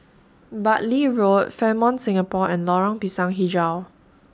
Bartley Road Fairmont Singapore and Lorong Pisang Hijau